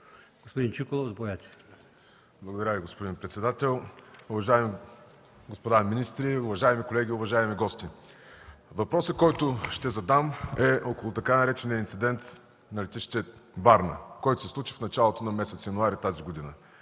ДЕСИСЛАВ ЧУКОЛОВ (Атака): Благодаря Ви, господин председател. Уважаеми господа министри, уважаеми колеги, уважаеми гости! Въпросът, който ще задам е около така наречения „инцидент на летище Варна“, който се случи в началото на месец януари тази година